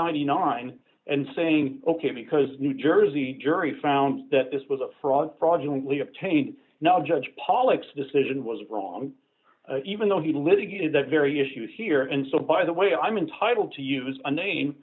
ninety nine and saying ok because new jersey jury found that this was a fraud fraudulent lead up taint no judge pollock's decision was wrong even though he litigated that very issue here and so by the way i'm entitled to use a name